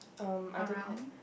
around